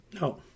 No